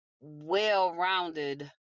well-rounded